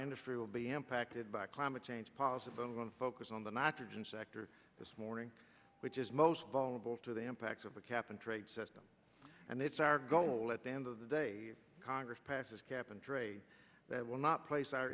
industry will be impacted by climate change possible and focus on the nitrogen sector this morning which is most vulnerable to the impacts of a cap and trade system and it's our goal at the end of the day congress passes cap and trade that will not place our